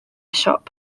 siop